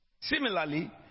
Similarly